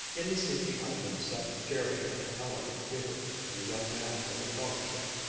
in the seat behind them sat jerry and eleanor hubert and the young man of the trolley trip.